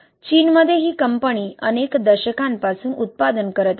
चीनमध्ये ही कंपनी अनेक दशकांपासून उत्पादन करत आहे